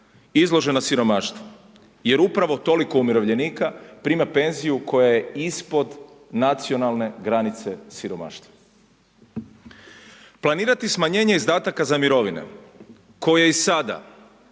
izloženo siromaštvu. Jer upravo toliko umirovljenika prima penziju koja je ispod nacionalne granice siromaštva. Planirati smanjenje izdataka za mirovine koje i sada